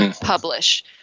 publish